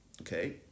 Okay